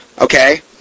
Okay